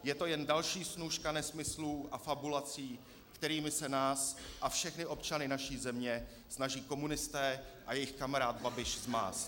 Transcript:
Je to jen další snůška nesmyslů a fabulací, kterými se nás a všechny občany naší země snaží komunisté a jejich kamarád Babiš zmást.